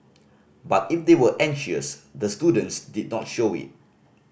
but if they were anxious the students did not show it